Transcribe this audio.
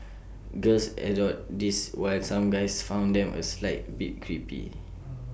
girls adored these while some guys found them A slight bit creepy